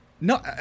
No